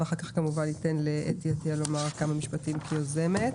ואחר כך כמובן ניתן לאתי עטייה לומר כמה משפטים כיוזמת.